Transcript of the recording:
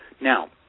Now